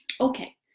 Okay